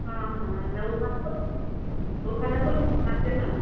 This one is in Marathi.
हां हां ना उखाणा पण उखाणा पण घ्यावं लागते ना